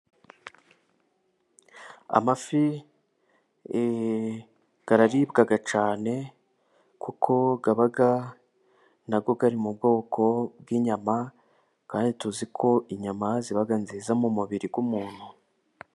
Amafi araribwa cyane, kuko aba nayo ari mu bwoko bw'inyama, kandi tuzi ko inyama ziba nziza mu mubiri w'umuntu.